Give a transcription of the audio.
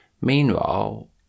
Meanwhile